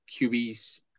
QBs